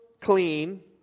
clean